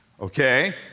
Okay